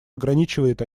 ограничивает